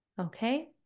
Okay